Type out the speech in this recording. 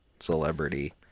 celebrity